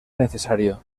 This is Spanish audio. necesario